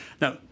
Now